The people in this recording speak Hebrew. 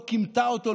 לא קימטה אותו,